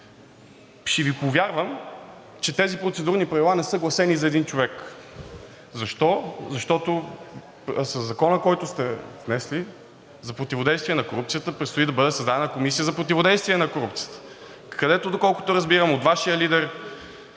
ще Ви повярвам, че тези процедурни правила не са гласени за един човек. Защо? Защото със Закона, който сте внесли за противодействие на корупцията, предстои да бъде създадена Комисия за противодействие на корупцията, където, доколкото разбирам от Вашия лидер,